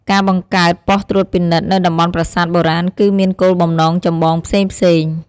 ការបង្កើតបុស្តិ៍ត្រួតពិនិត្យនៅតំបន់ប្រាសាទបុរាណគឺមានគោលបំណងចម្បងផ្សេងៗ។